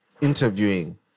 interviewing